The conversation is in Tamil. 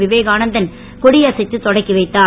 விவேகானந்தன் கொடியசைத்து தொடக்கி வைத்தார்